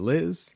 Liz